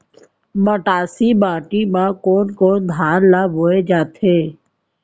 मटासी माटी मा कोन कोन धान ला बोये जाथे?